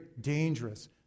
dangerous